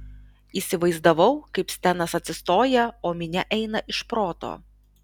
įsivaizdavau kaip stenas atsistoja o minia eina iš proto